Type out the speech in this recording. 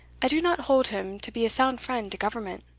i do not hold him to be a sound friend to government.